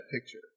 picture